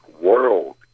world